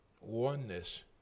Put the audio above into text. oneness